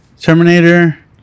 terminator